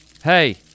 Hey